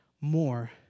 more